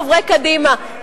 חברי קדימה,